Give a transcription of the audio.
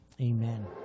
amen